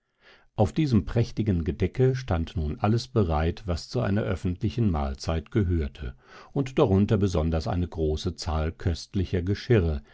auf diesem prächtigen gedecke stand nun alles bereit was zu einer öffentlichen mahlzeit gehörte und darunter besonders eine große zahl köstlicher geschirre